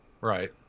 Right